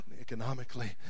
economically